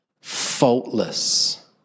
faultless